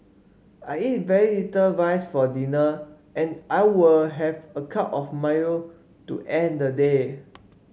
I eat very little rice for dinner and I will have a cup of Milo to end the day